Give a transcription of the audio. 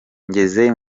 ngeze